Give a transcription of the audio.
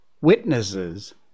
witnesses